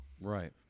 Right